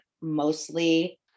mostly